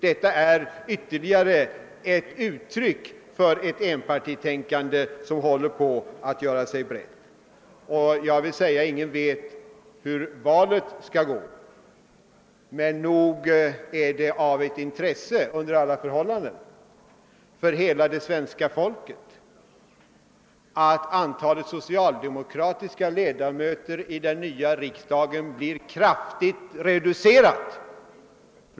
Detta är ett ytterligare uttryck för det enpartitänkande som håller på att breda ut sig. Även om ingen vet hur valet kommer att utfalla vill jag säga, att det under alla omständigheter är ett intresse för hela svenska folket att antalet social demokratiska ledamöter i den nya riksdagen blir kraftigt reducerat.